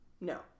No